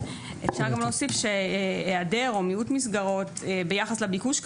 אפשר גם להוסיף שהיעדר או מיעוט מסגרות ביחס לביקוש,